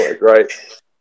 right